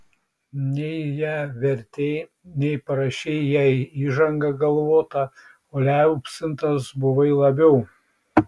nei ją vertei nei parašei jai įžangą galvotą o liaupsintas buvai labiau